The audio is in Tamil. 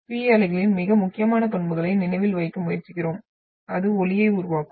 P அலைகளின் மிக முக்கியமான பண்புகளை நினைவில் வைக்க முயற்சிக்கிறோம் அது ஒலியை உருவாக்கும்